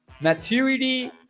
maturity